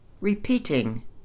repeating